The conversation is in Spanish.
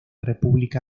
república